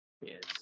Yes